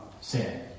sin